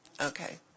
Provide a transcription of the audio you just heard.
Okay